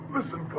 Listen